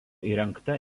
įrengta